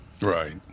right